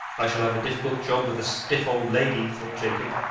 i shall have a difficult job with the stiff old lady, thought jacob,